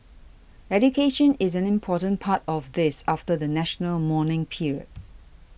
education is an important part of this after the national mourning period